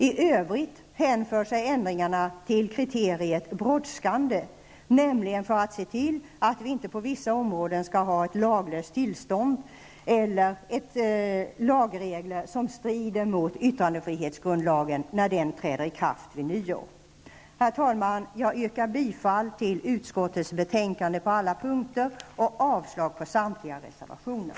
I övrigt hänför sig ändringarna till kriteriet brådskande för att se till att vi inte på vissa områden skall ha ett laglöst tillstånd eller lagregler som strider mot yttrandefrihetsgrundlagen när den träder i kraft vid nyår. Herr talman! Jag yrkar bifall till utskottets hemställan på alla punkter och avslag på samtliga reservationer.